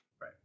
Right